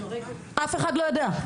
אף אחד לא יודע.